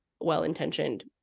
well-intentioned